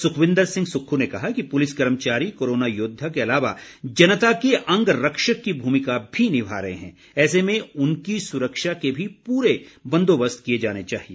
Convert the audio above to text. सुखविन्दर सिंह सुक्ख् ने कहा कि पुलिस कर्मचारी कोरोना योद्वा के अलावा जनता के अंगरक्षक की भूमिका भी निभा रहे हैं ऐसे में उनकी सुरक्षा के भी पूरे बंदोबस्त किए जाने चाहिए